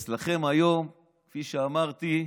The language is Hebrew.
ואצלכם היום, כפי שאמרתי,